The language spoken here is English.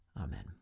Amen